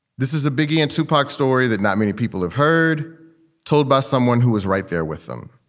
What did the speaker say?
this is a biggie and tupac story that not many people have heard told by someone who was right there with them